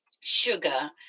Sugar